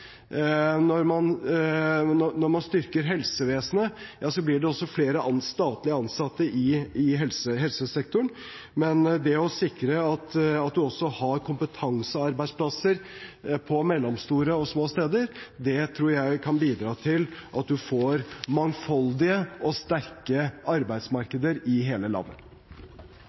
i helsesektoren, men det å sikre at en også har kompetansearbeidsplasser på mellomstore og små steder, tror jeg kan bidra til at en får mangfoldige og sterke arbeidsmarkeder i hele landet.